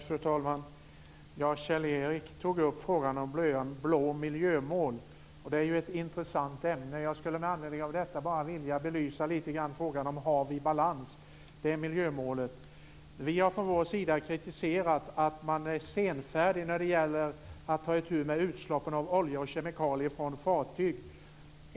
Fru talman! Kjell-Erik tog upp frågan om blå miljömål. Det är ett intressant ämne. Jag skulle med anledning av det vilja belysa frågan om ifall vi har balans. Det är miljömålet. Vi har från vår sida kritiserat senfärdigheten när det gäller att ta itu med utsläppen av olja och kemikalier från fartyg.